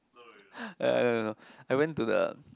I don't know I went to the